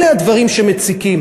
אלה הדברים שמציקים.